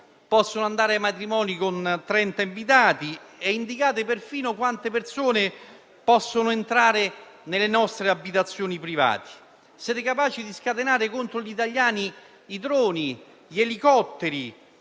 possono andare ai matrimoni con 30 invitati e indicate perfino quante persone possono entrare nelle nostre abitazioni private. Siete capaci di scatenare contro gli italiani i droni, gli elicotteri,